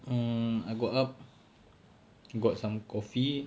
um I got up got some coffee